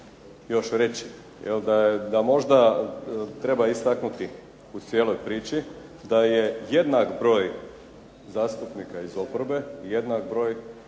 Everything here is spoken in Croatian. još reći da možda treba istaknuti u cijeloj priči da je jednak broj zastupnika iz oporbe jednak broj